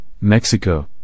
Mexico